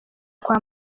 kwa